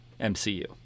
MCU